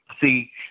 see